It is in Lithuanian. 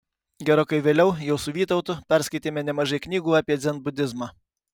gerokai vėliau jau su vytautu perskaitėme nemažai knygų apie dzenbudizmą